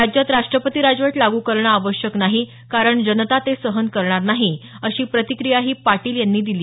राज्यात राष्ट्रपती राजवट लागू करणं आवश्यक नाही कारण जनता ते सहन करणार नाही अशी प्रतिक्रियाही पाटील यांनी दिली